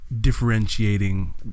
differentiating